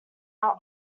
our